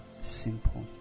simple